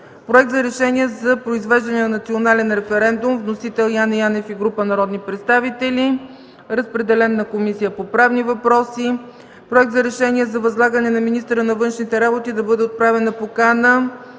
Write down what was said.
Проект за решение за произвеждане на национален референдум. Вносител – Яне Янев и група народни представители. Разпределен е на Комисията по правни въпроси. Проект за решение за възлагане на министъра на външните работи да бъде отправена покана